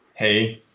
hey.